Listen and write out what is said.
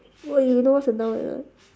what you know what's a noun or not